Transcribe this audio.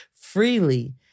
freely